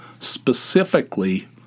specifically